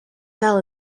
fell